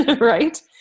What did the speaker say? right